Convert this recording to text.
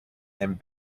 and